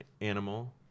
animal